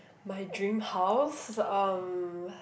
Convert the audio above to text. my dream house um